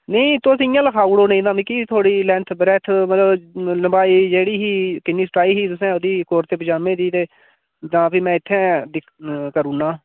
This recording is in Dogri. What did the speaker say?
नेईं तुस इ'यां लखाई ओड़ो नेईं तां मिकी थुआढ़ी लेंथ ब्रेड़थ मतलब लम्बाई जेह्ड़ी ही किन्नी स्टाई ही तुसें ओह्दी कोट ते पजामे दी जां फ्ही में इत्थे दिक करुड़ ना